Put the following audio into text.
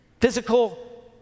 Physical